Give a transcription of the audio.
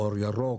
אור ירוק,